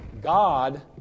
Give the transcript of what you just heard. God